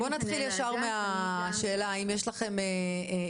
בואי נתחיל ישר מן השאלה: האם יש לכם התנגדות?